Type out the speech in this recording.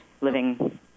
living